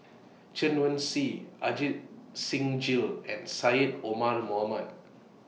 Chen Wen Hsi Ajit Singh Gill and Syed Omar Mohamed